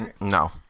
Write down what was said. No